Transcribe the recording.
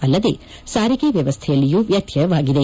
ಅಲ್ಲದೆ ಸಾರಿಗೆ ವ್ಯವಸ್ಥೆಯಲ್ಲಿಯೂ ವ್ಯತ್ಯವಾಗಿದೆ